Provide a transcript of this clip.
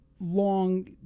long